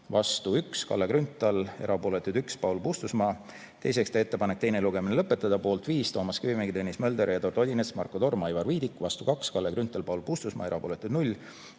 vastu 1: Kalle Grünthal, erapooletuid 1: Paul Puustusmaa. Teiseks, teha ettepanek teine lugemine lõpetada. Poolt 5: Toomas Kivimägi, Tõnis Mölder, Eduard Odinets, Marko Torm, Aivar Viidik. Vastu 2: Kalle Grünthal ja Paul Puustusmaa. Erapooletuid 0.